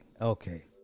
okay